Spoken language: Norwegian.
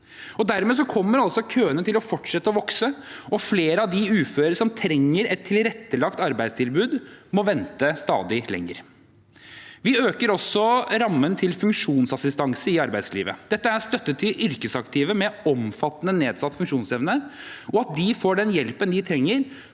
Dermed kommer køene til å fortsette å vokse, og flere av de uføre som trenger et tilrettelagt arbeidstilbud, må vente stadig lenger. Vi øker også rammen til funksjonsassistanse i arbeidslivet. Dette er en støtte til yrkesaktive med omfattende nedsatt funksjonsevne, slik at de får den hjelpen de trenger